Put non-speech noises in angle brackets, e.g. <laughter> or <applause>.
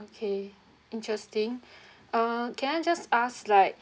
okay interesting <breath> uh can I just ask like